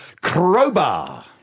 crowbar